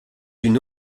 une